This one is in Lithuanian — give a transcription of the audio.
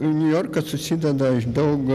niujorkas susideda iš daug